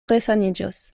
resaniĝos